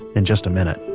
in just a minute